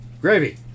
Gravy